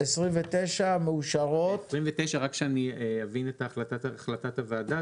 29 אושרו רק שאני אבין את החלטת הוועדה,